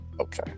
Okay